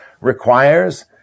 requires